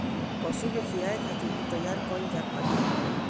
पशु के खियाए खातिर इ तईयार कईल जात बाटे